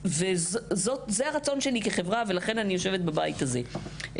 זה הרצון שלי כחברה ולכן אני יושבת בבית הזה.